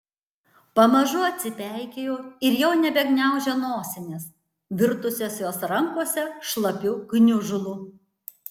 pamažu atsipeikėjo ir jau nebegniaužė nosinės virtusios jos rankose šlapiu gniužulu